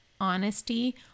honesty